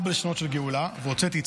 כנגד ארבע לשונות של גאולה: "והוצאתי",